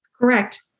Correct